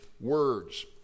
words